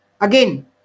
Again